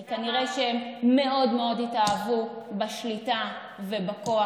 כי כנראה שהם מאוד מאוד התאהבו בשליטה ובכוח